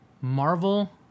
Marvel